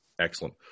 Excellent